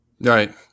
Right